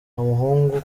umuhungu